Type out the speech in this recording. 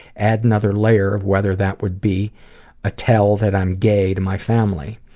add another layer of whether that would be a tell that i'm gay to my family.